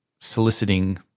soliciting